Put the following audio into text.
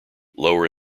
lower